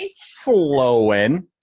flowing